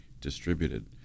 distributed